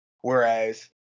Whereas